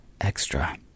extra